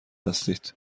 هستید